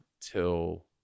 till